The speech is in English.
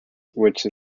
which